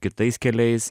kitais keliais